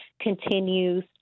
continues